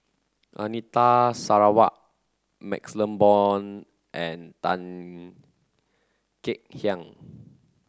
Anita Sarawak MaxLe Blond and Tan Kek Hiang